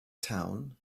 town